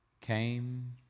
came